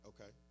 Okay